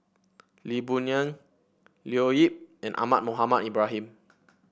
Lee Boon Ngan Leo Yip and Ahmad Mohamed Ibrahim